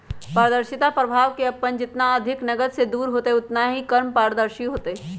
पारदर्शिता प्रभाव अपन जितना अधिक नकद से दूर होतय उतना ही कम पारदर्शी होतय